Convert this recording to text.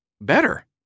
Better